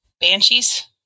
Banshee's